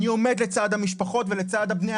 אני עומד לצד המשפחות ולצד בני האדם אלה.